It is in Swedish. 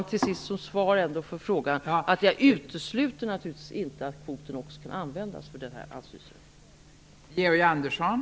Jag vill till sist också säga att jag naturligtvis inte utesluter att kvoten kan användas också på det sätt som här efterfrågats.